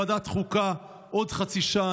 ועדת חוקה עוד חצי שעה.